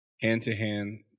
hand-to-hand